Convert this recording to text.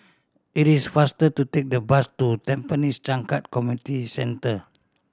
it is faster to take the bus to Tampines Changkat Community Centre